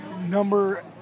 number